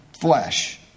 flesh